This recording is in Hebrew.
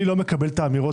אני לא מקבל את האמירות.